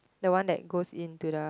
the one that goes into the